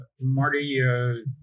Marty